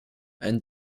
and